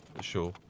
Sure